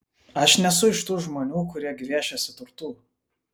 aš nesu iš tų žmonių kurie gviešiasi turtų